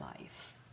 life